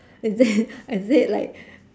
is it is it like